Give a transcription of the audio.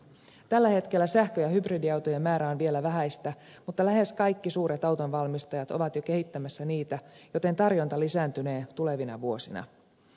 tällä hetkellä sähkö ja hybridiautojen määrä on vielä vähäistä mutta lähes kaikki suuret autonvalmistajat ovat jo kehittämässä niitä joten tarjonta lisääntynee tulevina vuosina